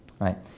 right